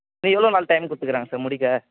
இன்னும் எவ்வளளோ நாள் டயமு கொடுத்துருக்காங்க சார் முடிக்க